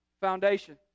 foundation